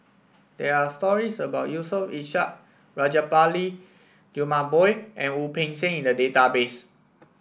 there are stories about Yusof Ishak Rajabali Jumabhoy and Wu Peng Seng in the database